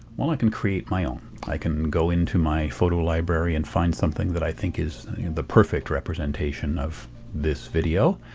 well, i can create my own. i can go into my photo library and find something that i think is the perfect representation of this video,